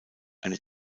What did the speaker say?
eine